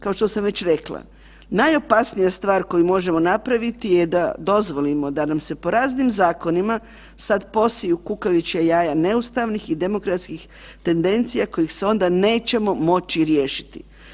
Kao što sam već rekla, najopasnija stvar koju možemo napraviti je da dozvolimo da nam se po raznim zakonima sad posiju kukavičja jaja neustavnih i demokratskih tendencija kojih se onda nećemo moći riješiti.